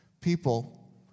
people